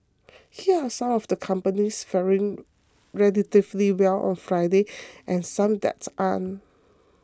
here are some of the companies faring relatively well on Friday and some that aren't